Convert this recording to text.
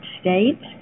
States